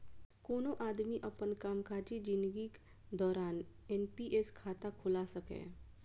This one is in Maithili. कोनो आदमी अपन कामकाजी जिनगीक दौरान एन.पी.एस खाता खोला सकैए